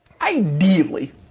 ideally